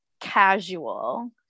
casual